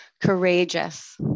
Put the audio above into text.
courageous